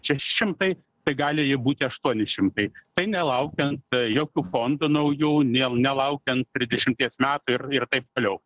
šeši šimtai tai gali ji būti aštuoni šimtai tai nelaukiant jokių fondų naujų nė nelaukiant trisdešimties metų ir ir taip toliau